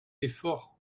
effort